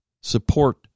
Support